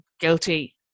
guilty